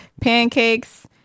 pancakes